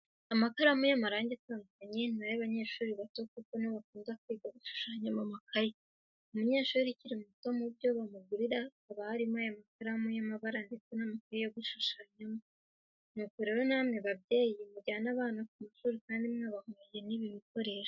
Amakaramu y'amarangi atandukanye, ni ay'abanyeshuri bato kuko nibo bakunda kwiga bashushanya mu makayi. Umunyeshuri ukiri muto mu byo bamugurira haba harimo n'aya makaramu y'amabara ndetse n'amakayi yo gushushanyamo. Nuko rero namwe babyeyi mujyane abana ku mashuri kandi mwabahaye n'ibi bikoresho.